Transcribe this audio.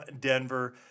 Denver